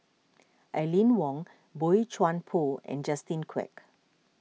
Aline Wong Boey Chuan Poh and Justin Quek